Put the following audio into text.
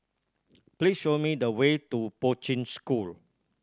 please show me the way to Poi Ching School